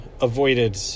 avoided